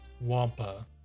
Wampa